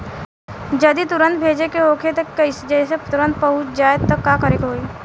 जदि तुरन्त भेजे के होखे जैसे तुरंत पहुँच जाए त का करे के होई?